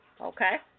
Okay